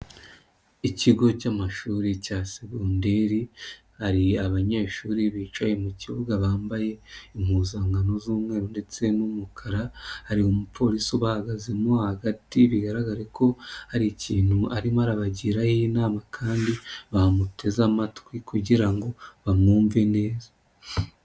Ikigo cy'amashuri cya segonderi hari abanyeshuri bicaye mu kibuga bambaye impuzankano z'umweru ndetse n'umukara, hari umupolisi bahagazemo hagati bigaragare ko hari ikintu arimo arabagiraho inama kandi bamuteze amatwi kugira ngo bamwumve neza.